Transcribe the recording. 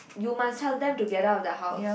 you must help them to get out of the house